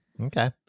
Okay